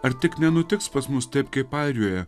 ar tik nenutiks pas mus taip kaip airijoje